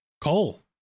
cole